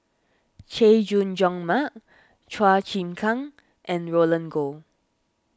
Chay Jung Jun Mark Chua Chim Kang and Roland Goh